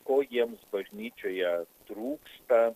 ko jiems bažnyčioje trūksta